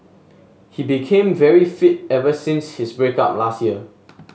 he became very fit ever since his break up last year